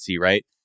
right